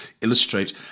illustrate